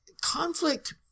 conflict